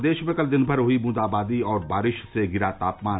प्रदेश में कल दिन भर हुई बूंदाबांदी और बारिश से गिरा तापमान